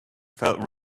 felt